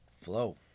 Flow